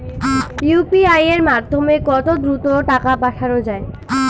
UPI এর মাধ্যমে কত দ্রুত টাকা পাঠানো যায়?